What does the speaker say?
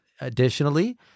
Additionally